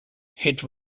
hit